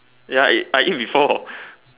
ya it I eat before